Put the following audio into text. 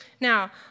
Now